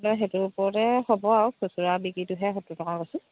সেইটো ওৰতে হ'ব আৰু খচুৰা বিক্ৰীটোহে সত্তৰ টকা কৈছোঁ